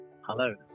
hello